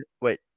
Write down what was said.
Wait